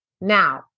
Now